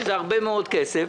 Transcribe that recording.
שזה הרבה מאוד כסף,